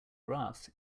graphs